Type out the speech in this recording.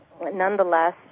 nonetheless